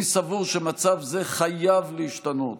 אני סבור שמצב זה חייב להשתנות,